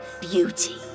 beauty